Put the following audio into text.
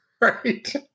Right